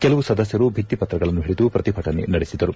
ಕೆಲವು ಸದಸ್ನರು ಭಿತ್ತಿಪತ್ರಗಳನ್ನು ಓಡಿದು ಪ್ರತಿಭಟನೆ ನಡೆಸಿದರು